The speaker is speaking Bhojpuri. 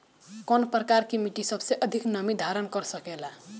कौन प्रकार की मिट्टी सबसे अधिक नमी धारण कर सकेला?